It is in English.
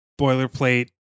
boilerplate